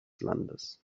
landes